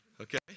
Okay